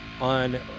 on